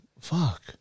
Fuck